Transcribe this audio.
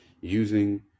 using